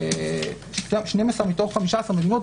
12 מתוך 15 מדינות,